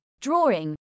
drawing